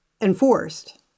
enforced